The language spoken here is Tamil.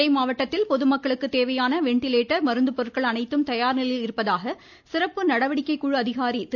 நெல்லை மாவட்டத்தில் பொதுமக்களுக்கு தேவையான வென்டிலேட்டர் மருந்துபொருட்கள் அனைத்தும் தயார்நிலையில் இருப்பதாக சிறப்பு நடவடிக்கை கொரோனா தடுப்பு குழு அதிகாரி திரு